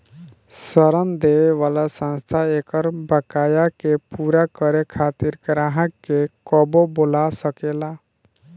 ऋण देवे वाला संस्था एकर बकाया के पूरा करे खातिर ग्राहक के कबो बोला सकेला